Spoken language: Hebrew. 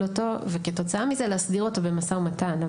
אותו וכתוצאה מזה להסדיר אותו במשא-ומתן.